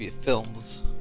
films